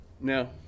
No